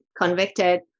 convicted